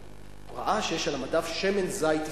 הוא ראה שיש על המדף שמן זית ישראלי,